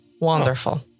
Wonderful